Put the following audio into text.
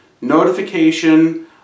Notification